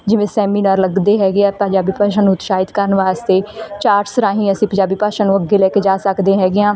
ਜਿਵੇਂ ਸੈਮੀਨਾਰ ਲੱਗਦੇ ਹੈਗੇ ਆ ਪੰਜਾਬੀ ਭਾਸ਼ਾ ਨੂੰ ਉਤਸ਼ਾਹਿਤ ਕਰਨ ਵਾਸਤੇ ਚਾਰਟਸ ਰਾਹੀਂ ਅਸੀਂ ਪੰਜਾਬੀ ਭਾਸ਼ਾ ਨੂੰ ਅੱਗੇ ਲੈ ਕੇ ਜਾ ਸਕਦੇ ਹੈਗੇ ਹਾਂ